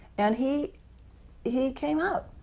and he he came out.